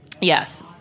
Yes